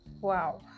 wow